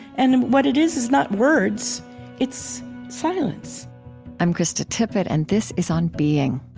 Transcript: and what it is is not words it's silence i'm krista tippett, and this is on being